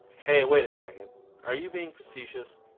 hey, wait a second are you being facetious?